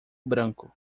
branco